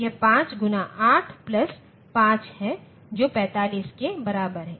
यह 5 गुना 8 प्लस 5 है जो 45 के बराबर है